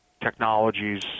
technologies